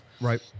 Right